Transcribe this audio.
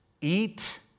eat